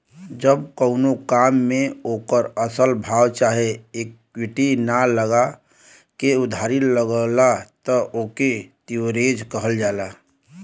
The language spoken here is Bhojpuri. जब कउनो काम मे ओकर असल भाव चाहे इक्विटी ना लगा के उधारी लगला त ओके लीवरेज कहल जाला